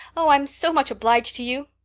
oh, i'm so much obliged to you.